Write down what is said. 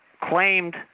claimed